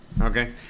Okay